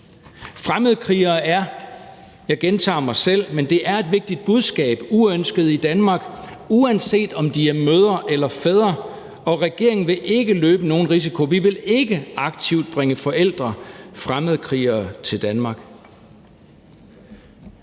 men det er et vigtigt budskab – uønskede i Danmark, uanset om de er mødre eller fædre, og regeringen vil ikke løbe nogen risiko. Vi vil ikke aktivt bringe forældre, fremmedkrigere, til Danmark.